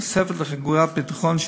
בתוספת ל"חגורת ביטחון",